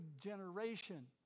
generation